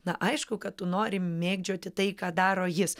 na aišku kad tu nori mėgdžioti tai ką daro jis